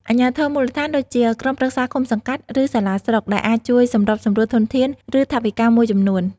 អាជ្ញាធរមូលដ្ឋាន ដូចជា ក្រុមប្រឹក្សាឃុំសង្កាត់ ឬសាលាស្រុក ដែលអាចជួយសម្របសម្រួលធនធាន ឬថវិកាមួយចំនួន។